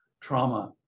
trauma